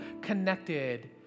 connected